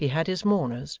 he had his mourners.